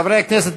חברי הכנסת,